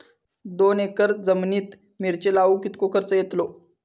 दोन एकर जमिनीत मिरचे लाऊक कितको खर्च यातलो?